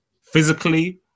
physically